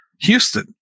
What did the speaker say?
Houston